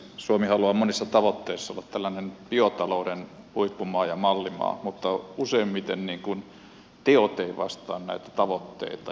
suomi haluaa monissa tavoitteissa olla tällainen biotalouden huippumaa ja mallimaa mutta useimmiten teot eivät vastaa näitä tavoitteita